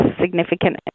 significant